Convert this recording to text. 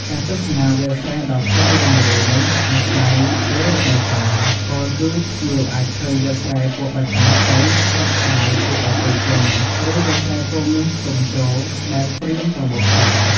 ការទស្សនាវាលស្រែដ៏ធំល្វឹងល្វើយនេះអាស្រ័យលើរដូវកាល ពោលគឺភ្ញៀវអាចឃើញវាលស្រែពណ៌បៃតងខ្ចីស្រស់ស្រាយគួរឲ្យគយគន់ ឬវាលស្រែពណ៌មាសទុំជោរដែលត្រៀមប្រមូលផល ។